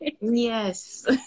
Yes